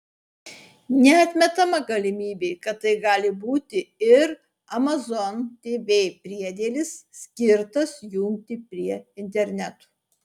neatmetama galimybė kad tai gali būti ir amazon tv priedėlis skirtas jungti prie interneto